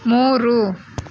ಮೂರು